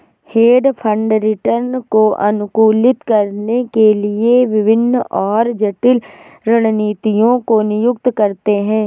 hedge fund return को अनुकूलित करने के लिए विभिन्न और जटिल रणनीतियों को नियुक्त करते हैं